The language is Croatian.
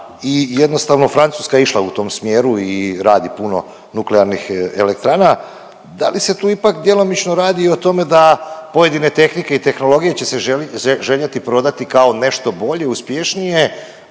i jednostavno, Francuska je išla u tom smjeru i radi puno nuklearnih elektrana. Da li se tu ipak djelomično radi i o tome da pojedine tehnike i tehnologije će se željeti prodati kao nešto bolje, uspješnije,